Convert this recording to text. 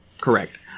Correct